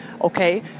okay